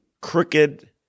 crooked